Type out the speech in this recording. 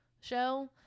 show